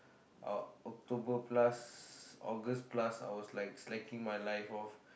October plus August plus I was like slacking my life off